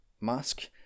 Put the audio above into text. mask